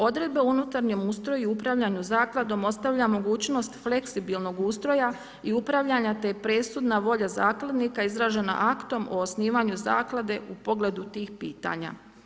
Odredbe o unutarnjem ustroju i upravljanja zakladom ostavlja mogućnost fleksibilnog ustroja i upravljanja te je presudna volja zakladnika izrađena aktom o osnivanju zaklade u pogledu tih pitanja.